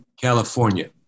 California